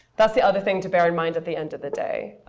that's the other thing to bear in mind at the end of the day,